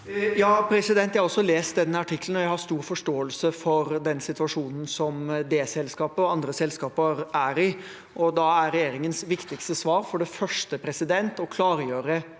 Jeg har også lest den artikkelen, og jeg har stor forståelse for den situasjonen som det selskapet og andre selskaper er i. Da er regjeringens viktigste svar for det første å klargjøre